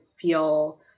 feel